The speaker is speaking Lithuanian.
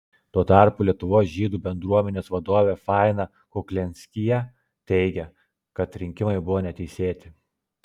tuo tarpu lietuvos žydų bendruomenės vadovė faina kuklianskyje teigia kad rinkimai buvo neteisėti